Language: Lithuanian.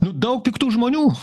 nu daug piktų žmonių